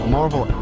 Marvel